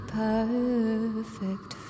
perfect